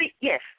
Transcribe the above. yes